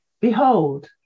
Behold